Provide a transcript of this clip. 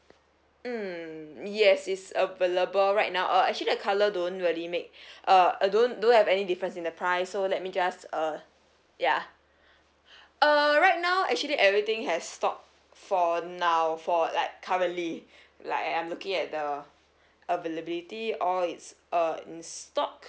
mm yes it's available right now uh actually a colour don't really make uh uh don't don't have any difference in the price so let me just uh ya uh right now actually everything has stock for now for like currently like I'm looking at the availability all it's uh in stock